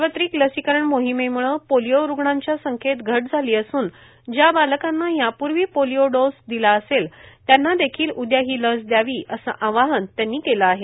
सार्वत्रिक लसीकरण मोहिमेम्ळं पोलिओ रूग्णांच्या संख्येत घट झाली असून ज्या बालकांना यापूर्वी पोलिओ डोस दिला असेल त्यांना देखील उद्या ही लस घ्यावी असं आवाहन त्यांनी केलं आहे